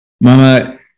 Mama